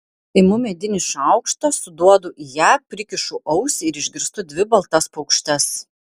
imu medinį šaukštą suduodu į ją prikišu ausį ir išgirstu dvi baltas paukštes